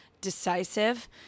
decisive